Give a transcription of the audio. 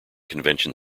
convention